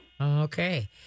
Okay